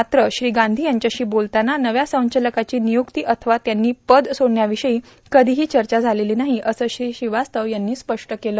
मात्र श्री गांधी यांच्याशी बोलतांना नव्या संचालकांची नियुक्ती अथवा त्यांनी पद सोडण्याावषयी कधीहो चचा झालेलो नाहो असं श्रीवास्तव यांनी स्पष्ट केलं